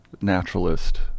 naturalist